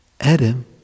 Adam